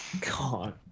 God